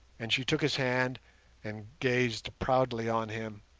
and she took his hand and gazed proudly on him,